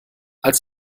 als